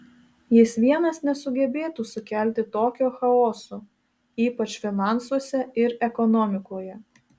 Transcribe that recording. jis vienas nesugebėtų sukelti tokio chaoso ypač finansuose ir ekonomikoje